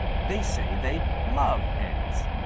they say they love eggs,